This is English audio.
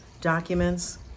documents